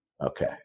Okay